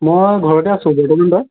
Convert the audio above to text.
মই ঘৰতে আছোঁ বৰ্তমান তই